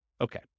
Okay